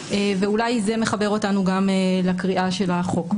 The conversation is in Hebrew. ואולי זה מחבר אותנו גם לקריאה של החוק.